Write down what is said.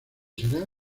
será